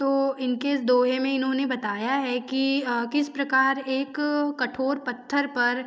तो इनके दोहे में इन्होंने बताया है कि किस प्रकार एक कठोर पत्थर पर